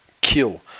Kill